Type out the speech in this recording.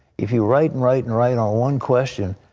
if you write and write and write on one question,